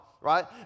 right